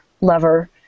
lover